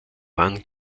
wann